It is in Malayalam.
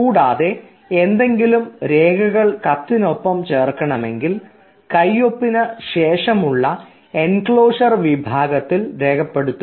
കൂടാതെ എന്തെങ്കിലും രേഖകൾ കത്തിനൊപ്പം ചേർക്കണമെങ്കിൽ കയ്യൊപ്പിന് ശേഷമുള്ള എൻക്ലോഷർ വിഭാഗത്തിൽ രേഖപ്പെടുത്തുക